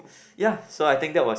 ya so I think that was